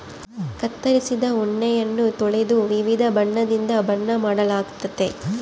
ಕತ್ತರಿಸಿದ ಉಣ್ಣೆಯನ್ನ ತೊಳೆದು ವಿವಿಧ ಬಣ್ಣದಿಂದ ಬಣ್ಣ ಮಾಡಲಾಗ್ತತೆ